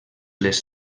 les